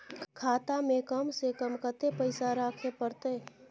खाता में कम से कम कत्ते पैसा रखे परतै?